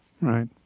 right